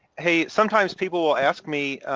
hey, sometimes people will ask me,